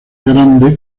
grande